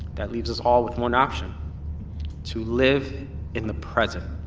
that leaves us all with one option to live in the present